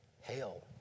Hell